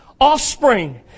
offspring